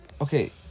okay